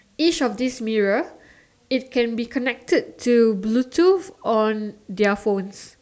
each of these mirror it can be connected to Bluetooth on their phones